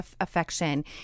affection